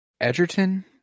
Edgerton